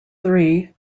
three